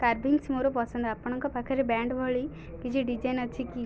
carvings ମୋର ପସନ୍ଦ ଆପଣଙ୍କ ପାଖରେ ବ୍ୟାଣ୍ଡ୍ ଭଳି କିଛି ଡିଜାଇନ୍ ଅଛି କି